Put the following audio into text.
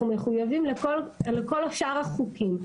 אנחנו מחויבים לכל שאר החוקים,